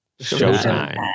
Showtime